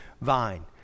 vine